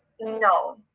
No